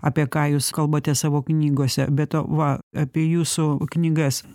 apie ką jūs kalbate savo knygose be to va apie jūsų knygas